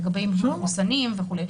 לגבי מחוסנים וכו'.